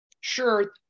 Sure